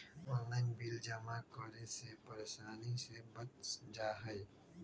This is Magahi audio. ऑनलाइन बिल जमा करे से परेशानी से बच जाहई?